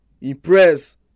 impress